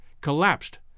collapsed